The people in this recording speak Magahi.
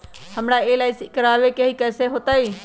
हमरा एल.आई.सी करवावे के हई कैसे होतई?